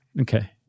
Okay